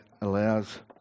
allows